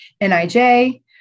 NIJ